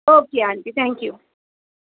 okay aunty thank you